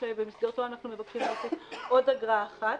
שבמסגרתו אנחנו מבקשים להוסיף עוד אגרה אחת,